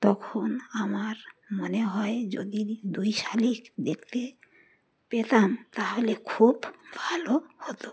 তখন আমার মনে হয় যদি দুই শালিক দেখতে পেতাম তাহলে খুব ভালো হতো